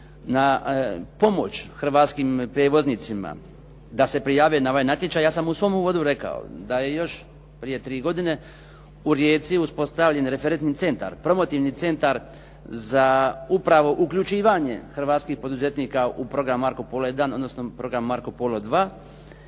na pomoć hrvatskim prijevoznicima da se prijave na ovaj natječaj ja sam u svom uvodu rekao da je još prije tri godine u Rijeci uspostavljen referentni centar, promotivni centar za upravo uključivanje hrvatskih poduzetnika u program "Marco Polo I" odnosno program "Marco Polo